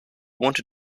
wanted